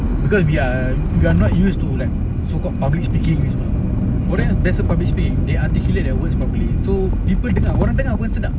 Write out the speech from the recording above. because we are we are not used to like so called publiC_Speaking ni semua orang yang biasa publiC_Speaking they articulate their words properly so people dengar orang dengar pun sedap